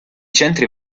centri